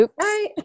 Right